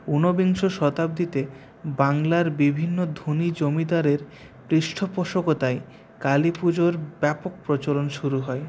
উনবিংশ শতাব্দীতে বাংলার বিভিন্ন ধনী জমিদারের পৃষ্ঠপোষকতায় কালীপুজোর ব্যপক প্রচলন শুরু হয়